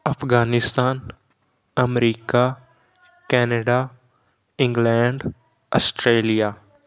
Afghanistan America Canada England Australia